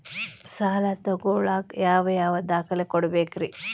ಸಾಲ ತೊಗೋಳಾಕ್ ಯಾವ ಯಾವ ದಾಖಲೆ ಕೊಡಬೇಕ್ರಿ?